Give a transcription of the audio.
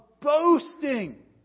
boasting